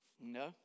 No